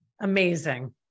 amazing